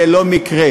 זה לא מקרה,